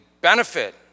benefit